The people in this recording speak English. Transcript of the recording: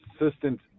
assistant